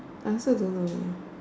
I also don't know leh